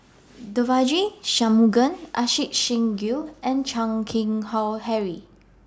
Devagi Sanmugam Ajit Singh Gill and Chan Keng Howe Harry